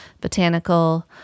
Botanical